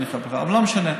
אבל לא משנה,